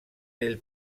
del